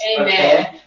Amen